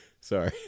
Sorry